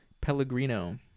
Pellegrino